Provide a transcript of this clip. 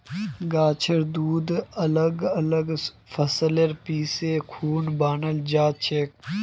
गाछेर दूध अलग अलग फसल पीसे खुना बनाल जाछेक